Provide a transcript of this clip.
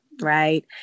right